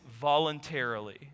voluntarily